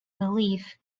belief